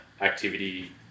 activity